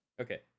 okay